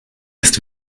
ist